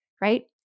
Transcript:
right